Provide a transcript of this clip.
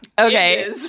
Okay